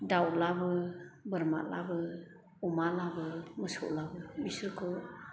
दावलाबो बोरमालाबो अमालाबो मोसौलाबो बिसोरखौ